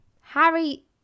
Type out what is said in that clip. Harry